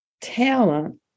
talent